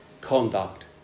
conduct